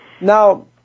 now